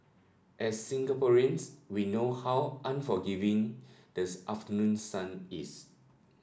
as Singaporeans we know how unforgiving this afternoon sun is